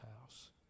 house